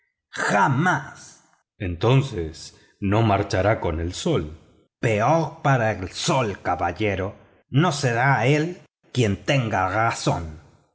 jamás entonces no marchará con el sol peor para el sol caballero no será él quien tenga razón